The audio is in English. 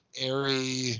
airy